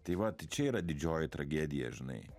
tai va čia yra didžioji tragedija žinai